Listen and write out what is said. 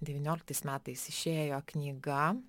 devynioliktais metais išėjo knyga